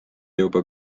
juba